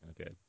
Okay